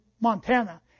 Montana